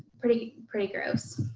pretty pretty gross.